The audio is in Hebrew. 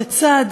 לצד,